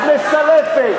את מסלפת.